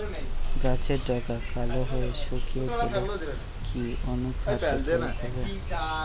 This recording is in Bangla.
গাছের ডগা কালো হয়ে শুকিয়ে গেলে কি অনুখাদ্য প্রয়োগ করব?